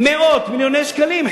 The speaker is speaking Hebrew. אתה עדיין חוסך מאות מיליוני שקלים.